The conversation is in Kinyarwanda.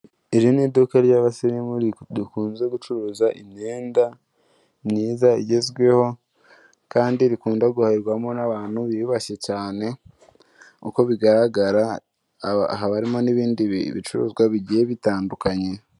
Iri ni iduka ry'abasirimu dukunze gucuruza imyenda myiza igezweho kandi rikunda guharwamo n'abantu biyubashye cyane uko bigaragara haba harimo n'ibindi bicuruzwa bigiye bitandukanye.